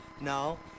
No